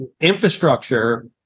infrastructure